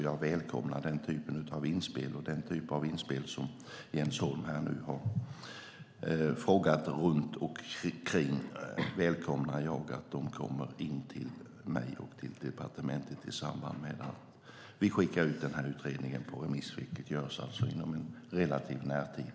Jag välkomnar att denna typ av inspel och den typ av inspel som Jens Holm gör kommer in till mig och departementet i samband med att vi skickar ut denna utredning på remiss, vilket alltså görs inom en relativ närtid.